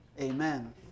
Amen